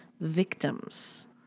victims